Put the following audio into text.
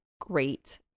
great